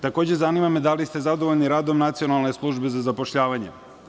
Takođe, zanima me da li ste zadovoljni radom Nacionalne službe za zapošljavanje.